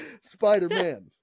Spider-Man